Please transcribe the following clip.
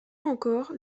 encore